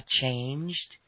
changed